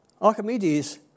Archimedes